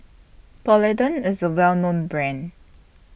Polident IS A Well known Brand